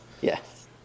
Yes